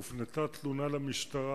הופנתה תלונה למשטרה,